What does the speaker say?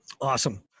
Awesome